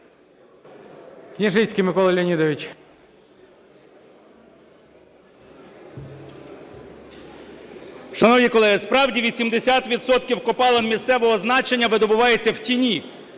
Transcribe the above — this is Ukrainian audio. Шановні колеги, справді, 80 відсотків копалин місцевого значення видобувається в тіні.